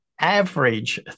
average